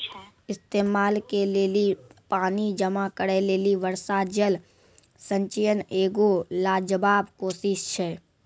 इस्तेमाल के लेली पानी जमा करै लेली वर्षा जल संचयन एगो लाजबाब कोशिश छै